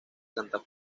santa